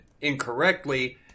incorrectly